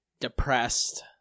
depressed